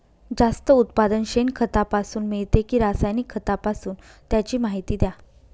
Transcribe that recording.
जास्त उत्पादन शेणखतापासून मिळते कि रासायनिक खतापासून? त्याची माहिती द्या